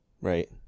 Right